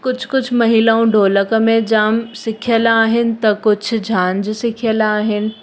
कुझु कुझु महिलाऊं ढोलक में जामु सिखियल आहिनि त कुझु झांझ सिखियल आहिनि